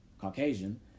caucasian